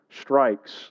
strikes